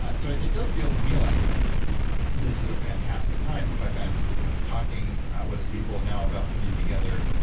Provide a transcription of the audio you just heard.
ah so, it does feel to me like this is a fantastic time. in fact, i'm talking with some people now about putting together